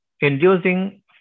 inducing